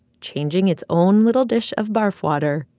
changing its own little dish of barf water,